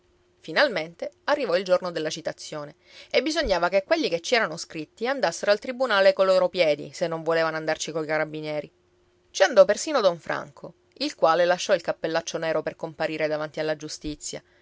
finalmente arrivò il giorno della citazione e bisognava che quelli che ci erano scritti andassero al tribunale coi loro piedi se non volevano andarci coi carabinieri ci andò persino don franco il quale lasciò il cappellaccio nero per comparire davanti alla giustizia